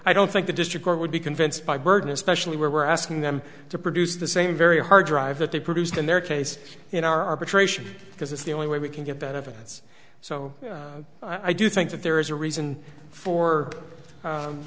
i don't think the district court would be convinced by burden especially where we're asking them to produce the same very hard drive that they produced in their case in arbitration because it's the only way we can get benefits so i do think that there is a reason for